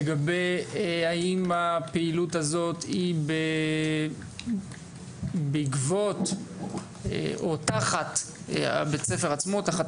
לגבי האם הפעילות הזאת היא בעקבות או תחת הבית הספר עצמו תחת